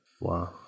Wow